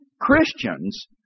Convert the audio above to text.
Christians